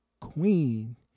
Queen